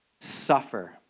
suffer